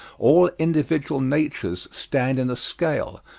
all individual natures stand in a scale,